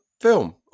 film